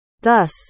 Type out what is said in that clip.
Thus